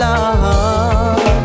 Love